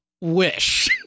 wish